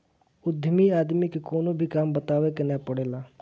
उद्यमी आदमी के कवनो भी काम बतावे के ना पड़ेला